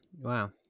Wow